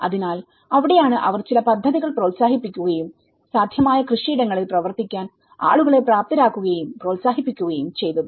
അതിനാൽ അവിടെയാണ് അവർ ചില പദ്ധതികൾ പ്രോത്സാഹിപ്പിക്കുകയും സാധ്യമായ കൃഷിയിടങ്ങളിൽ പ്രവർത്തിക്കാൻ ആളുകളെ പ്രാപ്തരാക്കുകയും പ്രോത്സാഹിപ്പിക്കുകയും ചെയ്തത്